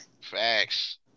Facts